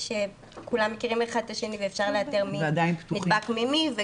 שכולם מכירים אחד את השני ואפשר לאתר מי נדבק ממי.